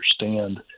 understand